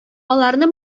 аларны